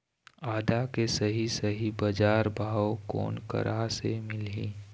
आदा के सही सही बजार भाव कोन करा से मिलही?